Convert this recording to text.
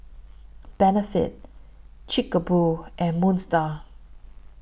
Benefit Chic A Boo and Moon STAR